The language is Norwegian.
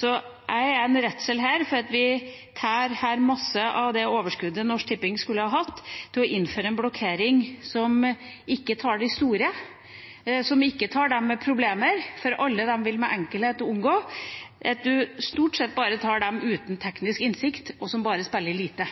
Jeg har en redsel her for at vi tar masse av det overskuddet Norsk Tipping skulle hatt, til å innføre en blokkering som ikke tar de store, som ikke tar dem med problemer, for alle de vil med enkelhet omgå det, og man tar stort sett bare dem uten teknisk innsikt, og som spiller lite.